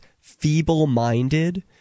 feeble-minded